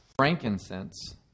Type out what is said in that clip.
frankincense